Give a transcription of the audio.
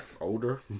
Older